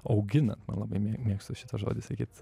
augina na labai mėgstu šitą žodį sakyt